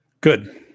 good